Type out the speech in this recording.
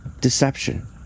Deception